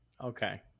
Okay